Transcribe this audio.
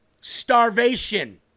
starvation